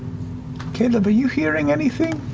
caleb, are you hearing anything?